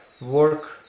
work